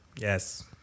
Yes